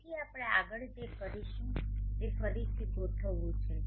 તેથી આપણે આગળ જે કરીશું તે ફરીથી ગોઠવવું છે